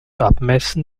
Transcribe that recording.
abmessen